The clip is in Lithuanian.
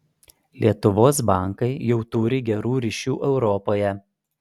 lietuvos bankai jau turi gerų ryšių europoje